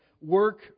Work